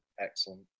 excellent